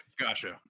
gotcha